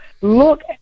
look